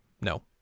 no